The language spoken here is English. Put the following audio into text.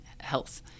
health